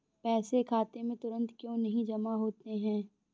पैसे खाते में तुरंत क्यो नहीं जमा होते हैं?